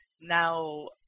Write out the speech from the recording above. now